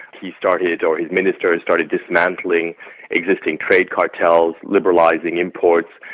he started, or his ministers started, dismantling existing trade cartels, liberalising imports,